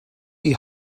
die